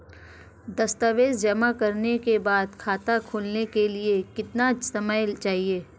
दस्तावेज़ जमा करने के बाद खाता खोलने के लिए कितना समय चाहिए?